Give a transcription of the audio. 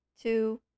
two